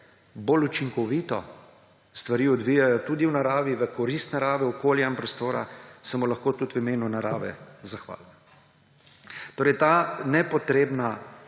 bolj učinkovito stvari odvijajo tudi v naravi, v korist narave, okolja in prostora, se mu lahko zahvalim tudi v imenu narave. Torej, ta nepotrebna